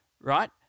right